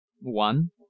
one